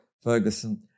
Ferguson